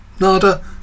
nada